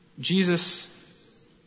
Jesus